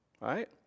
right